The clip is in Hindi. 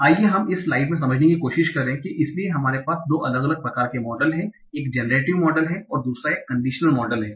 आइए हम इस स्लाइड से समझने की कोशिश करें कि इसलिए हमारे पास 2 अलग अलग प्रकार के मॉडल हैं एक जेनरेटिव मॉडल है और दूसरा एक कंडीशनल मॉडल है